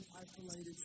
isolated